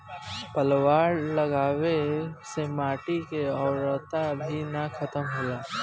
पलवार लगावे से माटी के उर्वरता भी ना खतम होला